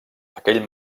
aquell